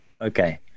Okay